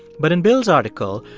but in bill's article,